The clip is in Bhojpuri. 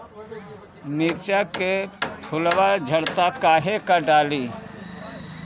मिरचा के फुलवा झड़ता काहे का डाली?